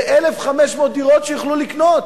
ב-1,500 דירות שיוכלו לקנות.